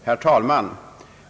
Herr talman!